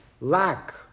lack